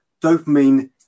Dopamine